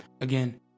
Again